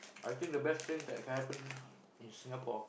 I think the best thing that can happen in Singapore